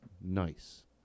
nice